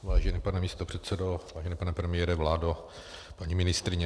Vážený pane místopředsedo, vážený pane premiére, vládo, paní ministryně.